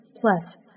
Plus